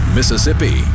Mississippi